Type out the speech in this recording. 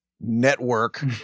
Network